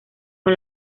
con